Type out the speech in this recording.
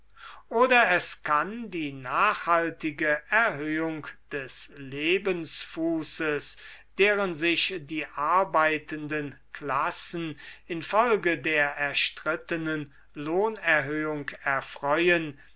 oder es kann die nachhaltige erhöhung des lebensfußes deren sich die arbeitenden klassen infolge der erstrittenen lohnerhöhung erfreuen